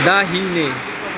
दाहिने